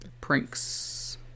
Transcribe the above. Pranks